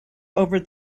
over